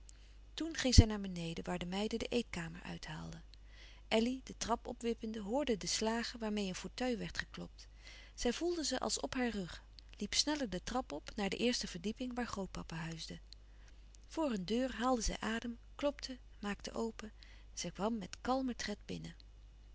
toen ging zij naar beneden waar de meiden de eetkamer uithaalden elly de trap opwippende hoorde de slagen waarmeê een fauteuil werd geklopt zij voelde ze als op haar rug liep sneller de trap op naar de eerste verdieping waar grootpapa huisde voor een deur haalde zij adem klopte maakte open zij kwam met kalmen tred binnen